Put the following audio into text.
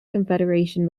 confederation